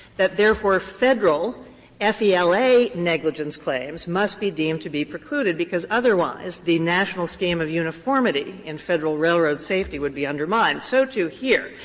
that therefore, federal ah flea negligence claims must be deemed to be precluded, because otherwise, the national scheme of uniformity in federal railroad safety would be undermined. so, too, here.